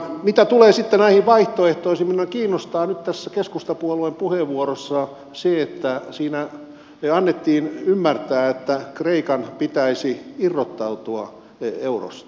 mitä tulee sitten näihin vaihtoehtoihin minua kiinnostaa nyt tässä keskustapuolueen puheenvuorossa se että siinä annettiin ymmärtää että kreikan pitäisi irrottautua eurosta